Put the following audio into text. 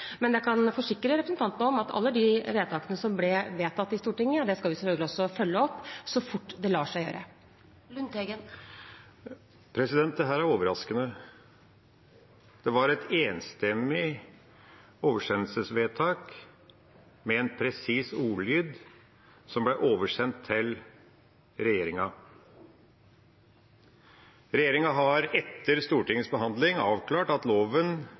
Men jeg kan forsikre representanten om at alle de vedtakene som ble vedtatt i Stortinget, skal vi selvfølgelig også følge opp så fort det lar seg gjøre. Dette er overraskende. Det var et enstemmig oversendelsesvedtak med en presis ordlyd som ble oversendt til regjeringa. Regjeringa har etter Stortingets behandling avklart at loven